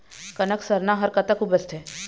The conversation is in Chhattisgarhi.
कनक सरना हर कतक उपजथे?